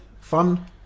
fun